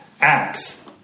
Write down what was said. Acts